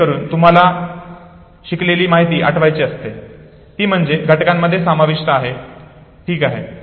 जेणेकरून जेव्हा तुम्हाला शिकलेली माहिती आठवयची असते ती दुसऱ्या घटकांमध्ये समाविष्ट आहे ठीक आहे